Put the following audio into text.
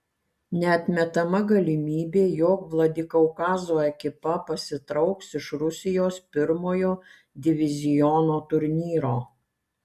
neatmetama galimybė jog vladikaukazo ekipa pasitrauks iš rusijos pirmojo diviziono turnyro